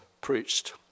preached